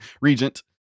regent